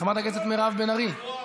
חברת הכנסת מירב בן ארי,